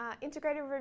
integrated